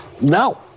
No